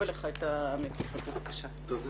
תודה